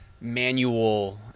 manual